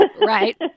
Right